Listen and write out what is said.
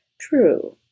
True